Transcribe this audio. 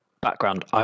background